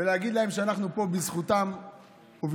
נגיד להם שאנחנו פה בזכותם ובשבילם.